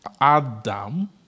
Adam